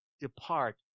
depart